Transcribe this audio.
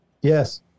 Yes